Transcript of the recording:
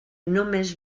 només